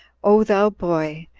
o thou boy!